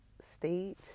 state